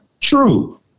true